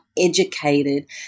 educated